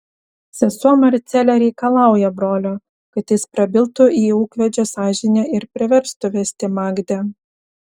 sesuo marcelė reikalauja brolio kad jis prabiltų į ūkvedžio sąžinę ir priverstų vesti magdę